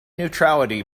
neutrality